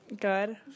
Good